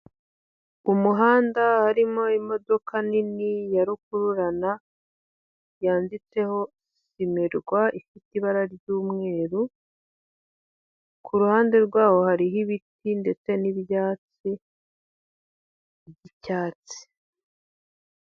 Umuhanda harimo imodoka nini ya rukururana, yanditseho imirwa, ifite ibara ry'umweru, ku ruhande rwawo hariho ibiti ndetse n'ibyatsi by'icyatsi.